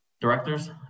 Directors